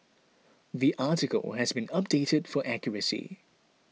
the article has been updated for accuracy